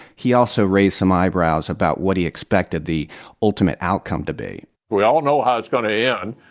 he also raised some eyebrows about what he expected the ultimate outcome to be we all know how it's going to end.